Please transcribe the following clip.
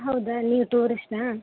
ಹೌದಾ ನೀವು ಟೂರಿಸ್ಟಾ